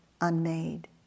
unmade